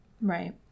Right